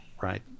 right